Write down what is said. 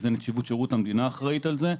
זה נציבות שירות המדינה אחראית על זה.